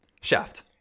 shaft